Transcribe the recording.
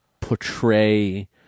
portray